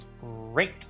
Great